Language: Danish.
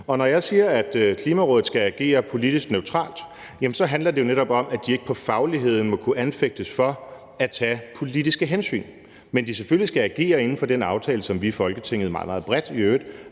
Og når jeg siger, at Klimarådet skal agere politisk neutralt, handler det jo netop om, at de ikke på fagligheden må kunne anklages for at tage politiske hensyn, men at de selvfølgelig skal agere inden for den aftale, som vi i Folketinget – i øvrigt